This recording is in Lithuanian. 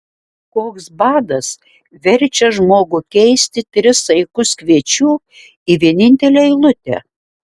koks badas verčia žmogų keisti tris saikus kviečių į vienintelę eilutę